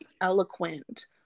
eloquent